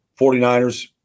49ers